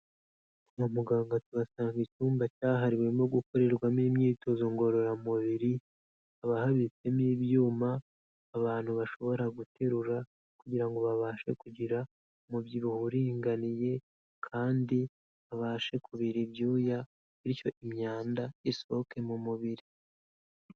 Kwa muganga tugasanga icyumba cyahariwemo gukorerwamo imyitozo ngororamubiri, haba habitsemo ibyuma abantu bashobora guterura kugira ngo babashe kugira umubyibuho uringaniye kandi bashe kubira ibyuya bityo imyanda isohoke mu mubiri.